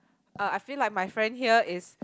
uh I feel like my friend here is